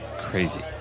crazy